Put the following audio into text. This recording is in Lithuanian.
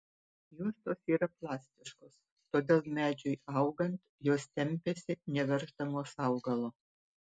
juostos yra plastiškos todėl medžiui augant jos tempiasi neverždamos augalo